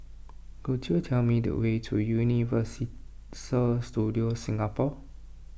could you tell me the way to Universal Studios Singapore